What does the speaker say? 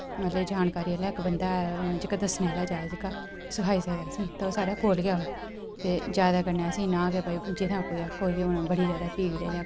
मतलब जानकारी आह्ला इक बंदा ऐ जेह्का दस्सने आह्ला जां जेह्का सखाई सकदा असें ई ते ओह् साढ़े कोल गै होऐ ते जैदा कन्नै असे ईं नां गै भाई जित्थै कोई आखग कि हुन बड़ी जैदा भीड़ ऐ जां